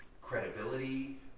credibility